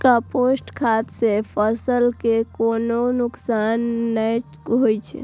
compost खाद सं फसल कें कोनो नुकसान नै होइ छै